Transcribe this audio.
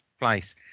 place